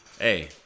Hey